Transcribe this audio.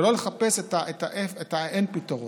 ולא לחפש את האין פתרון.